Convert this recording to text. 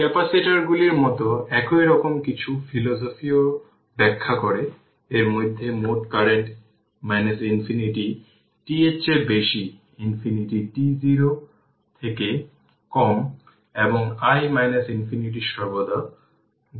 ক্যাপাসিটারগুলির মতো একই রকম কিছু ফিলোসফি ও ব্যাখ্যা করে এর মধ্যে মোট কারেন্ট ইনফিনিটি t এর চেয়ে বেশি ইনফিনিটি t 0 থেকে কম এবং i ইনফিনিটি সর্বদা 0 নেওয়া হয়